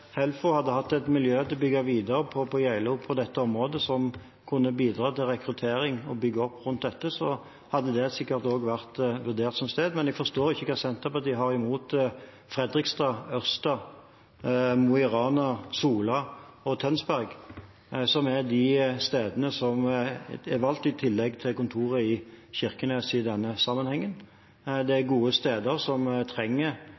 Helfo hadde hatt et miljø å bygge videre på på Geilo på dette området, som kunne bidratt til rekruttering og å bygge opp rundt dette, så hadde det sikkert også vært vurdert som sted. Men jeg forstår ikke hva Senterpartiet har imot Fredrikstad, Ørsta, Mo i Rana, Sola og Tønsberg, som er de stedene som er valgt, i tillegg til kontoret i Kirkenes i denne sammenhengen. Dette er gode steder som trenger